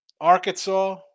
Arkansas